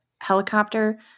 helicopter